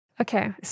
Okay